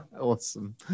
Awesome